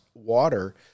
water